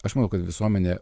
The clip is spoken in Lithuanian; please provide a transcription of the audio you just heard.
aš manau kad visuomenė